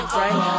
right